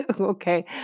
Okay